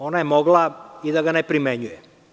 Ona je mogla i da ga ne primenjuje.